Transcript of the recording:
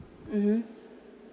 mmhmm